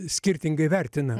skirtingai vertina